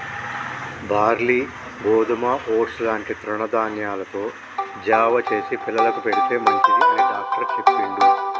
barley గోధుమ oats లాంటి తృణ ధాన్యాలతో జావ చేసి పిల్లలకు పెడితే మంచిది అని డాక్టర్ చెప్పిండు